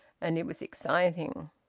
and it was exciting.